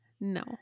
No